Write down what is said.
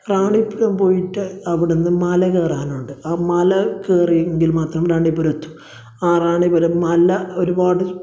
റാണിപുരം പോയിട്ട് അവിടെ നിന്ന് മല കയറാനുണ്ട് ആ മല കയറിയെങ്കിൽ മാത്രം റാണിപുരം എത്തും ആ റാണിപുരം മല ഒരുപാട്